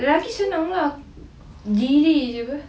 lelaki senang lah diri aja apa